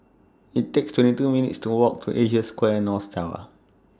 It's takes twenty two minutes' Walk to Asia Square North Tower